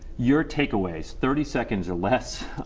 your take away thirty seconds or less.